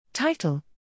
Title